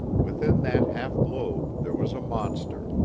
within that half-globe there was a monster,